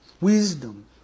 wisdom